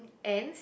ends